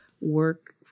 work